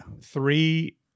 Three